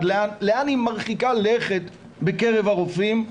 לאן היא מרחיקה לכת בקרב הרופאים,